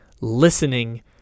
listening